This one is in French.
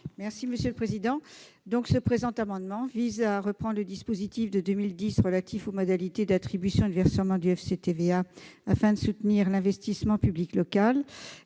Nelly Tocqueville. Le présent amendement vise à reprendre le dispositif de 2010 relatif aux modalités d'attribution et de versement du FCTVA, afin de soutenir l'investissement public local.